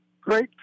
Great